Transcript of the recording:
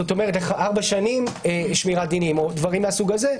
כלומר ארבע שנים שמירת דנים או דברים מסוג זה.